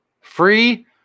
Free